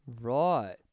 Right